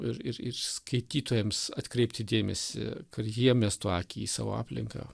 ir ir ir skaitytojams atkreipti dėmesį kad jie miestų akį į savo aplinką